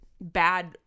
bad